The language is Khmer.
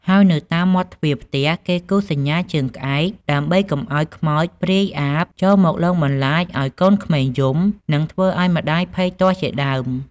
ហើយនៅតាមមាត់ទ្វារផ្ទះគេគូសសញ្ញាជើងក្អែក ដើម្បីកុំឱ្យខ្មោច ព្រាយអាបចូលមកលងបន្លាចឱ្យកូនក្មេងយំ និងធ្វើឱ្យម្តាយភ័យទាស់ជាដើម។